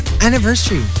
anniversary